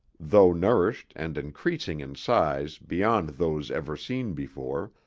though nourished and increasing in size beyond those ever seen before,